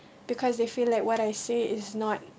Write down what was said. because they feel like what I say is not